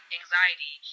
anxiety